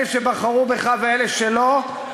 אלה שבחרו בך ואלה שלא,